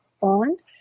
bond